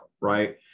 Right